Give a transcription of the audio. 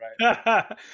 right